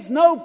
no